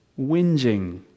whinging